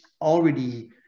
already